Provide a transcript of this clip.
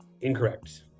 Incorrect